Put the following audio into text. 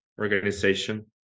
organization